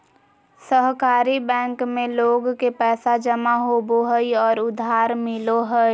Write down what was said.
सहकारी बैंक में लोग के पैसा जमा होबो हइ और उधार मिलो हइ